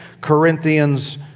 Corinthians